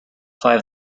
five